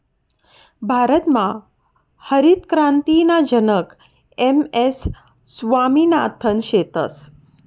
भारतमा हरितक्रांतीना जनक एम.एस स्वामिनाथन शेतस